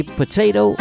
potato